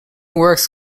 works